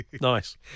Nice